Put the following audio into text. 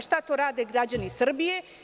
Šta to rade građani Srbije?